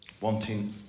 wanting